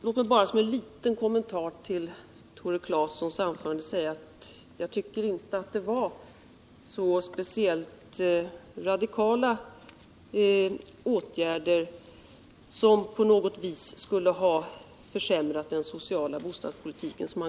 Låt mig bara som en liten kommentar till Tore Claesons anförande säga att jag inte tycker att det var så speciellt radikala åtgärder som han gav exempel på, som på något vis skulle ha kunnat urholka den sociala bostadspolitiken.